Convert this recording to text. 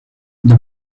the